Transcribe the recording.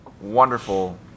wonderful